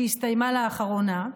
שהסתיימה לאחרונה.